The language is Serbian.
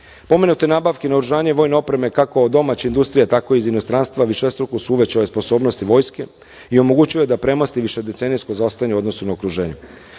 zemljama. Pomenute nabavke naoružanja i vojne opreme, kako domaće industrije tako i iz inostranstva, višestruko su uvećale sposobnosti Vojske i omogućuje da premosti višedecenijsko zaostajanje u odnosu na okruženje.U